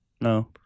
No